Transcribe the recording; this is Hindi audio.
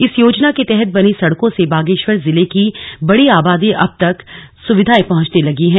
इस योजना के तहत बनी सड़कों से बागेश्वर जिले की बड़ी आबादी तक अब सुविधाएं पहुंचने लगी हैं